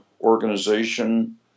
organization